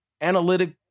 analytic